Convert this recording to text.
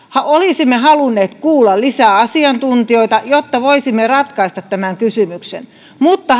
olisimme halunneet kuulla lisää asiantuntijoita jotta voisimme ratkaista tämän kysymyksen mutta